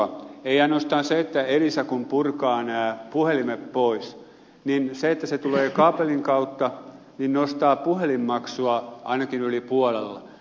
ei ole ainoastaan se että kun elisa purkaa nämä puhelimet pois niin se että se tulee kaapelin kautta nostaa puhelinmaksua ainakin yli puolella